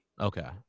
Okay